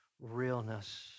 realness